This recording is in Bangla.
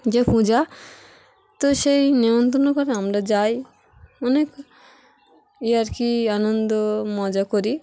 যে পূজা তো সেই নিমন্ত্রণ করে আমরা যাই অনেক ই আর কি আনন্দ মজা করি